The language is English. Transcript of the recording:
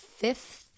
fifth